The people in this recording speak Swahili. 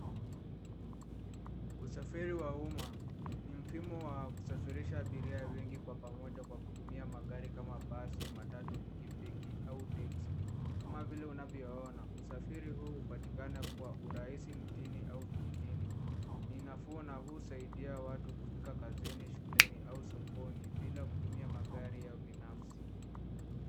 Usafiri wa umma ni mfumo wa kusafirisha abiria wengi kwa pamoja kwa kutumia magari kama basi, matatu, pikipiki au teksi. Kama vile unavyoona usafiri huu hupatikana kwa urahisi mjini au vijijini. Ni nafuu na husaidia watu kufika kazini, shuleni au sokoni bila kutumia magari ya binafsi.